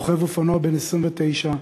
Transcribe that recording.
רוכב אופנוע בן 29,